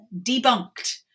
debunked